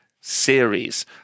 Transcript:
series